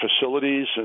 facilities